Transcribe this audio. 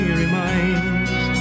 reminds